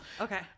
Okay